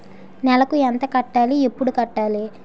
నెలకు ఎంత కట్టాలి? ఎప్పుడు కట్టాలి?